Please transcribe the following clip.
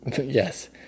Yes